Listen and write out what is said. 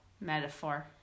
metaphor